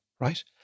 right